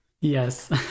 Yes